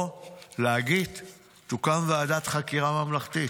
או להגיד: תוקם ועדת חקירה ממלכתית.